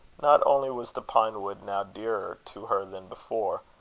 not only was the pine wood now dearer to her than before,